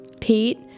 Pete